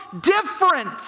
different